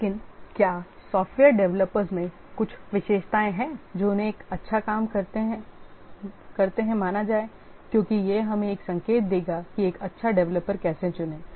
लेकिन क्या software developers में कुछ विशेषताएँ हैं जो उन्हें एक अच्छा काम करते हैं क्योंकि यह हमें एक संकेत देगा कि एक अच्छा डेवलपर कैसे चुनें